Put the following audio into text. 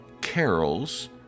carols